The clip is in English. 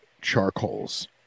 charcoals